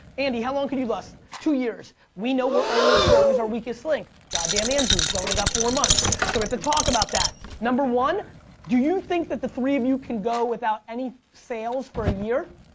andy how long can you last? two years. we know we're only as a strong as our weakest link. god damn andrew's only got four months so we have to talk about that. number one do you think that the three of you can go without any sales for a year?